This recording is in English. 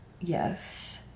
yes